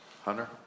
Hunter